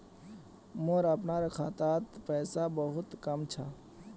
मोर अपनार खातात पैसा बहुत कम छ